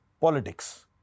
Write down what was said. politics